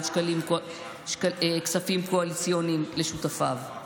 שקלים כספים קואליציוניים לשותפיו.